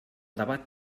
debat